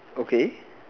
okay